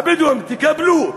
הבדואים, תקבלו.